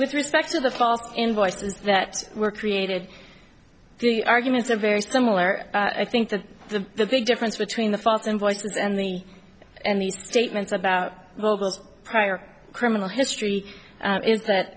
with respect to the false invoices that were created the arguments are very similar i think that the the big difference between the false invoices and the and these statements about mobiles prior criminal history is that